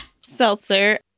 seltzer